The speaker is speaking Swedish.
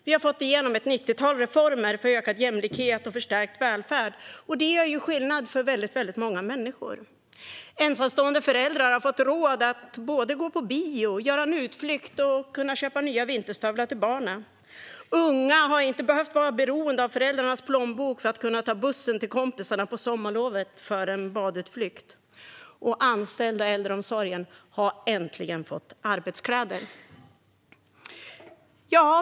Vi har fått igenom ett nittiotal reformer för ökad jämlikhet och förstärkt välfärd, och det gör ju skillnad för väldigt många människor. Ensamstående föräldrar har fått råd att gå på bio, göra en utflykt och att köpa nya vinterstövlar till barnen. Unga har inte behövt vara beroende av föräldrarnas plånbok för att kunna ta bussen till kompisarna på sommarlovet för en badutflykt. Och anställda i äldreomsorgen har äntligen fått arbetskläder.